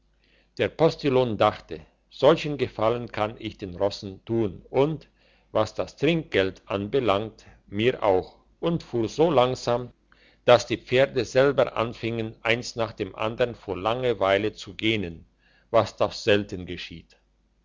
der postillion dachte solchen gefallen kann ich den rossen tun und was das trinkgeld anbelangt mir auch und fuhr so langsam dass die pferde selber anfingen eins nach dem andern vor langer weile zu gähnen was doch selten geschieht